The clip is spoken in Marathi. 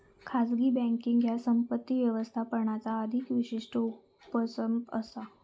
खाजगी बँकींग ह्या संपत्ती व्यवस्थापनाचा अधिक विशिष्ट उपसंच असा